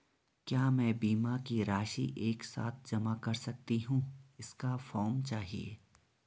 क्या मैं बीमा की राशि एक साथ जमा कर सकती हूँ इसका फॉर्म चाहिए?